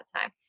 time